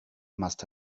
must